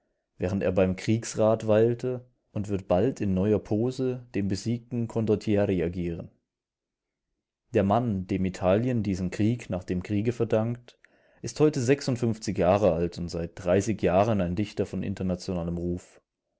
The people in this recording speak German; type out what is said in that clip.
während er beim kriegsrat weilte und wird bald in neuer pose den besiegten condottiere agieren der mann dem italien diesen krieg nach dem kriege verdankt ist heute sechsundfünfzig jahre alt und seit dreißig jahren ein dichter von internationalem ruf